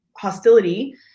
Hostility